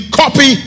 copy